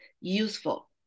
useful